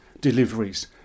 deliveries